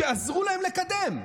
שעזרו להם לקדם.